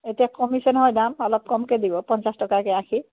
এতিয়া কমিছে নহয় দাম অলপ কমকৈ দিব পঞ্চাছ টকাকৈ আখি